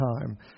time